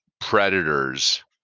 predators